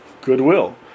Goodwill